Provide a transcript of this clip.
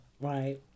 Right